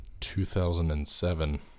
2007